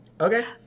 okay